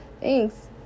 thanks